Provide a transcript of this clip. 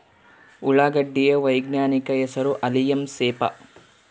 ಉಳ್ಳಾಗಡ್ಡಿ ಯ ವೈಜ್ಞಾನಿಕ ಹೆಸರು ಅಲಿಯಂ ಸೆಪಾ